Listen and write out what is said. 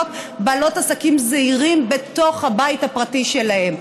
בעלות עסקים זעירים בתוך הבית הפרטי שלהן.